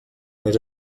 més